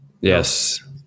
Yes